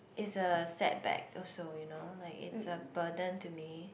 is a setback also you know like it's a burden to me